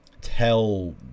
tell